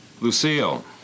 Lucille